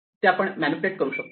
ते आपण मॅनिप्युलेट करू शकतो